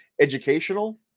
educational